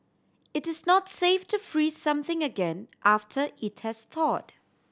it is not safe to freeze something again after it has thawed